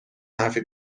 حرفی